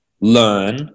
learn